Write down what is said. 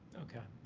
okay.